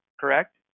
Correct